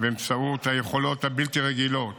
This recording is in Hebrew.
באמצעות היכולות הבלתי-רגילות